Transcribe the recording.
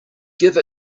give